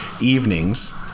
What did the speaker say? evenings